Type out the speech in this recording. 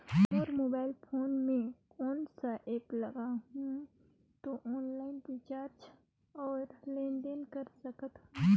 मोर mobile phone मे कोन सा एप्प लगा हूं तो ऑनलाइन रिचार्ज और लेन देन कर सकत हू?